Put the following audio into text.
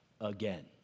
again